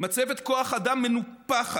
"מצבת כוח אדם מנופחת,